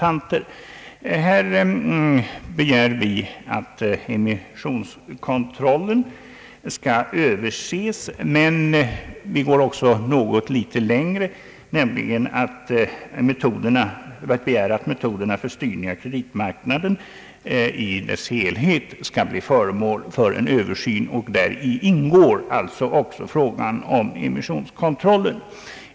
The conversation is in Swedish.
Vi begär i denna reservation att emissionskontrollen skall överses men vi går också litet längre då vi framställer önskemål om att metoderna för styrningen av kreditmarknaden i dess helhet skall bli föremål för en översyn, och däri ingår alltså även frågan om emissionskontrollen.